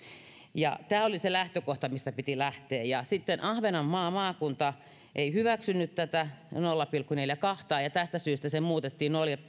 tämä oli se lähtökohta mistä piti lähteä sitten ahvenanmaan maakunta ei hyväksynyt tätä nolla pilkku neljääkymmentäkahta ja tästä syystä se muutettiin